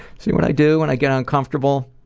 see what i do when i get uncomfortable?